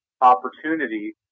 opportunity